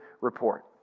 report